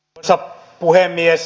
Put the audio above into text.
arvoisa puhemies